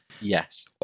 Yes